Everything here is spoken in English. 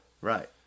Right